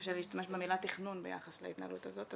קשה לי להשתמש במילה 'תכנון' ביחס להתנהלות הזאת,